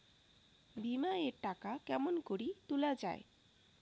বিমা এর টাকা কেমন করি তুলা য়ায়?